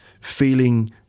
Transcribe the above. feeling